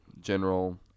general